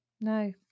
no